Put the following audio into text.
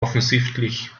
offensichtlich